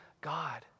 God